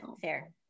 Fair